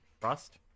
Trust